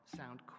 sound